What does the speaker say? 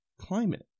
climate